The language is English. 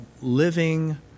Living